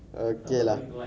okay lah